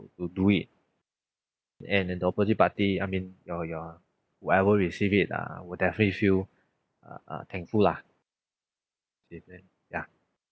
to do it and and the opposite party I mean your your whoever receive it uh will definitely feel uh uh thankful lah it it ya